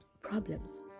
problems